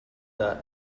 that